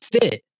fit